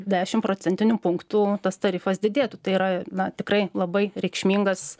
dešim procentinių punktų tas tarifas didėtų tai yra na tikrai labai reikšmingas